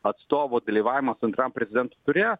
atstovo dalyvavimas antram prezidentų ture